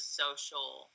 social